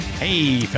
Hey